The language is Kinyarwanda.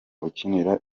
ukinira